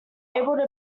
able